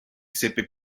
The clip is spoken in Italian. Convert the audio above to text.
seppe